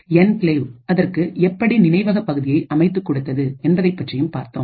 enclave அதற்கு எப்படி நினைவக பகுதியை அமைத்துக் கொடுத்தது என்பதைப் பற்றியும் பார்த்தோம்